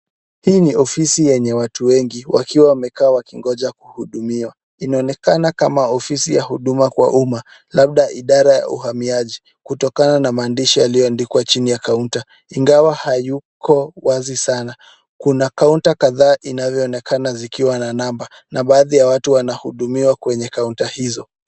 Hii ni ofisi yenye watu wengi wakiwa wamekaa wakingoja kuhudumiwa. Inaonekana kama ofisi ya huduma kwa umma labda idara ya uhamiaji kutokana na maandishi yaliyoandikwa chini ya kaunta ingawa hayuko wazi sana. Kuna kaunta kadhaa inayoonekana zikiwa na namba na baadhi ya watu wanahudumiwa kwenye kaunta hizo.